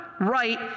right